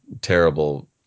terrible